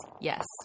Yes